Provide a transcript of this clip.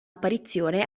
apparizione